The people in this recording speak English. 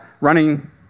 running